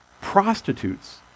prostitutes